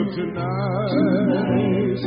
tonight